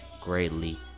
greatly